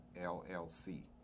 LLC